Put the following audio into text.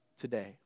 Today